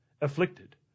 afflicted